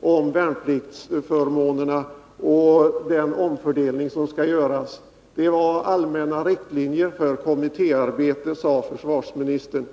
om värnpliktsförmånerna och den omfördelning som skall göras. Det var allmänna riktlinjer för kommittéarbete, sade försvarsministern.